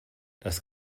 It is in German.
das